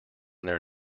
their